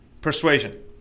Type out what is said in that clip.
Persuasion